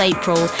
April